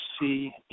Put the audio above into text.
see